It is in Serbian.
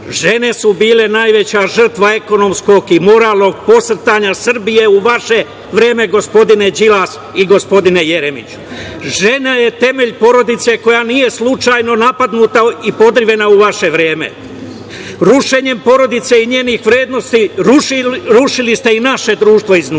Žene su bile najveća žrtva ekonomskog i moralnog posrtanja Srbije u vaše vreme, gospodine Đilas i gospodine Jeremiću. Žena je temelj porodice, koja nije slučajno napadnuta i podrivena u vaše vreme. Rušenjem porodice i njenih vrednosti rušili ste i naše društvo iznutra.